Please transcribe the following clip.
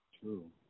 True